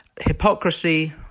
hypocrisy